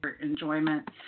enjoyment